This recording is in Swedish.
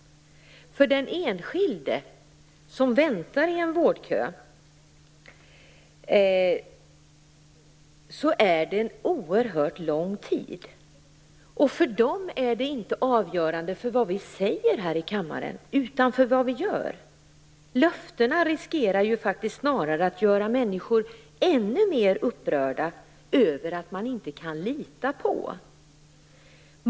För den enskilde, som väntar i en vårdkö, är det en oerhört lång tid. För den enskilde är det inte avgörande vad vi säger här i kammaren utan vad vi gör. Löftena riskerar ju snarare att göra människor ännu mer upprörda över att de inte kan lita på oss.